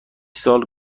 سال